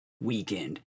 weekend